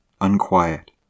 unquiet